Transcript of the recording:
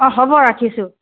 অঁ হ'ব ৰাখিছোঁ